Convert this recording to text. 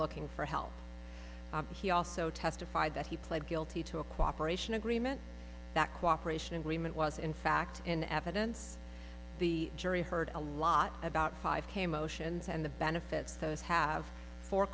looking for help and he also testified that he pled guilty to a cooperation agreement that cooperation agreement was in fact in evidence the jury heard a lot about five k motions and the benefits those have for